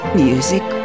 music